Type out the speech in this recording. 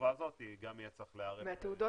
ובתקופה הזאת גם יהיה צריך להיערך --- מהתעודות